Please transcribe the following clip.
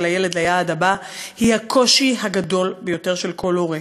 הילד ליעד הבא היא הקושי הגדול ביותר של כל הורה.